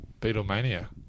Beatlemania